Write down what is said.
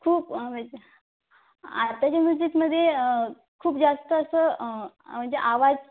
खूप आताच्या म्यूजिकमध्ये खूप जास्त असं म्हणजे आवाज